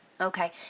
Okay